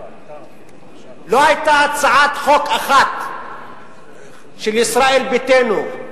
לא היתה הצעת חוק אחת שישראל ביתנו,